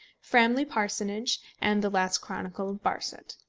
framley parsonage, and the last chronicle of barset.